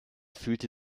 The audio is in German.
fühlte